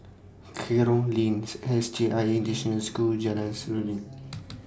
Kerong Lanes S J I International School Jalan Seruling